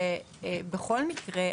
שבכל מקרה,